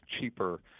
cheaper